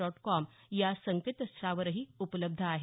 dot com या संकेतस्थळावरही उपलब्ध आहे